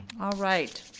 all right,